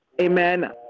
Amen